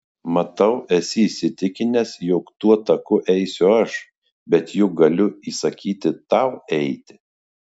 matau esi įsitikinęs jog tuo taku eisiu aš bet juk galiu įsakyti tau eiti